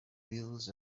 wheels